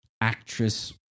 actress